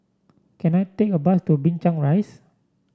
can I take a bus to Binchang Rise